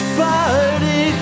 party